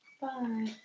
Bye